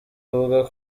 avuga